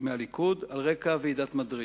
מהליכוד על רקע ועידת מדריד.